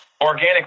Organic